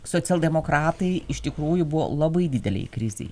socialdemokratai iš tikrųjų buvo labai didelei krizėj